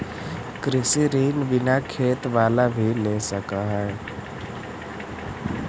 कृषि ऋण बिना खेत बाला भी ले सक है?